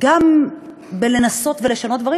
גם בלנסות לשנות דברים,